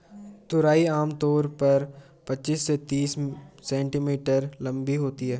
तुरई आम तौर पर पचीस से तीस सेंटीमीटर लम्बी होती है